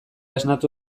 esnatu